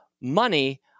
money